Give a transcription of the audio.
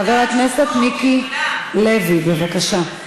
חבר הכנסת מיקי לוי, בבקשה.